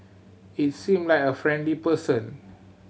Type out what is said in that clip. he seemed like a friendly person